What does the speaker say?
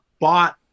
bought